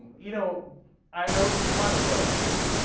you know i will will plan a vote on this is